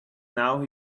now